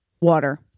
water